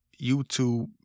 YouTube